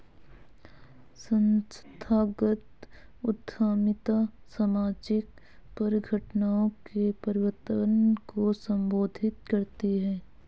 संस्थागत उद्यमिता सामाजिक परिघटनाओं के परिवर्तन को संबोधित करती है